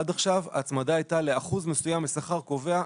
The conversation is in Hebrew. עד עכשיו ההצמדה הייתה לאחוז מסוים משכר קובע,